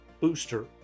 booster